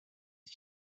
its